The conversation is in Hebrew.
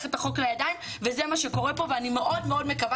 את החוק לידיים וזה מה שקורה פה ואני מאוד מאוד מקווה